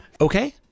okay